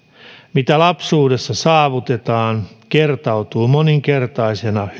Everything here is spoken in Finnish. mitä lapsuudessa saavutetaan kertautuu moninkertaisena